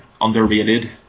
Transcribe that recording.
underrated